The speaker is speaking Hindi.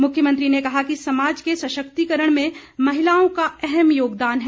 मुख्यमंत्री ने कहा कि समाज के सशक्तिकरण में महिलाओं का अहम योगदान है